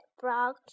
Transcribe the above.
Frog